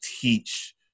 teach